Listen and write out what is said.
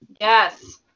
Yes